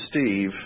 Steve